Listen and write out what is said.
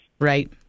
Right